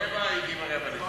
ב-07:15 הייתי ב-06:45.